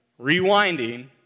rewinding